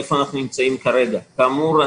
השאלה איפה אנחנו נמצאים כרגע כאמור,